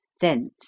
Thence